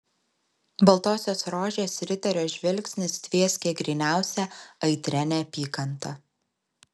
baltosios rožės riterio žvilgsnis tvieskė gryniausia aitria neapykanta